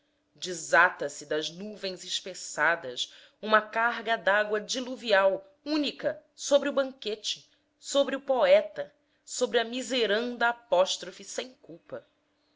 improvisos prévios desata se das nuvens espessadas uma carga dágua diluvial única sobre o banquete sobre o poeta sobre a miseranda apóstrofe sem culpa